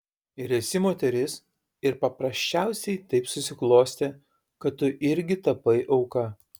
ir esi moteris ir paprasčiausiai taip susiklostė kad tu irgi tapai auka